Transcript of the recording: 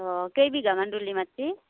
অঁ কেই বিঘামান ৰুলি মাটি